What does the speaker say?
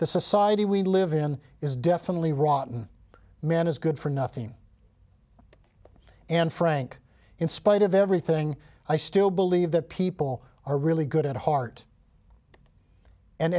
the society we live in is definitely rotten man is good for nothing and frank in spite of everything i still believe that people are really good at heart and